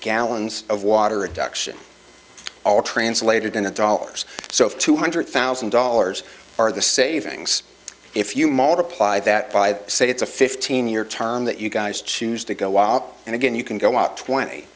gallons of water adduction all translated into dollars so if two hundred thousand dollars are the savings if you multiply that by say it's a fifteen year term that you guys choose to go out and again you can go up twenty